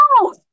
no